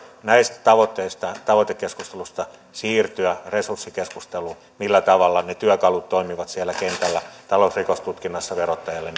näistä tavoitteista ja tavoitekeskustelusta siirtyä resurssikeskusteluun siitä millä tavalla ne työkalut toimivat siellä kentällä talousrikostutkinnassa verottajalla